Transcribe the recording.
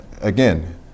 again